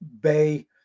Bay